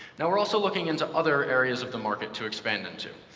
now, we're also looking into other areas of the market to expand into.